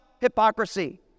hypocrisy